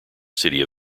city